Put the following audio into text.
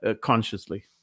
consciously